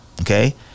Okay